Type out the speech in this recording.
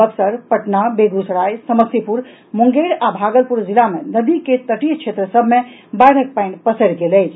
बक्सर पटना बेगूसराय समस्तीपूर मुंगेर आ भागलपुर जिला मे नदी के तटीय क्षेत्र सभ मे बाढ़िक पानि पसरि गेल अछि